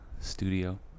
studio